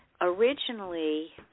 originally